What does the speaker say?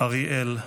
אריאל,